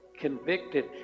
convicted